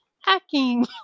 hacking